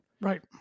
Right